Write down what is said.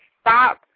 stop